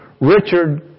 Richard